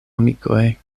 amikoj